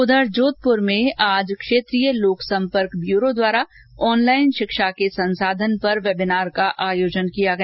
इधर जोधप्र में आज क्षेत्रीय लोक संपर्क ब्यूरो द्वारा ऑनलाइन शिक्षा के संसाधन पर वेबिनार का आयोजन किया गया